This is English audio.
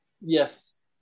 Yes